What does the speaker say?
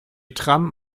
tram